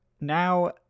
now